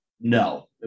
No